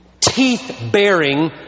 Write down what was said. teeth-bearing